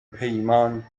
پیمان